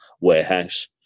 warehouse